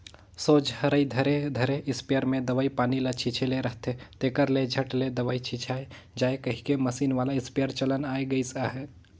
सोझ हरई धरे धरे इस्पेयर मे दवई पानी ल छीचे ले रहथे, तेकर ले झट ले दवई छिचाए जाए कहिके मसीन वाला इस्पेयर चलन आए गइस अहे